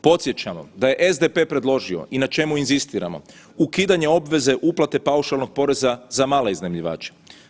Podsjećam da je SDP predložio i na čemu inzistiramo ukidanje obveze uplate paušalnog poreza za male iznajmljivače.